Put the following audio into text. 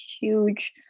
huge